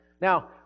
Now